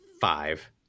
five